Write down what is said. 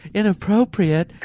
inappropriate